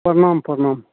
परनाम परनाम